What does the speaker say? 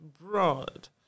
broad